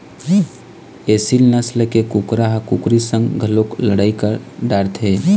एसील नसल के कुकरा ह कुकुर संग घलोक लड़ई कर डारथे